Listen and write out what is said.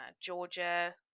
Georgia